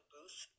Booth